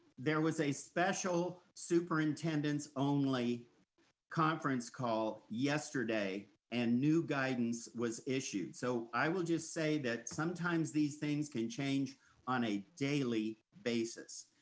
there was a special superintendents only conference call yesterday and new guidance was issued. so i will just say that sometimes these things can change on a daily basis,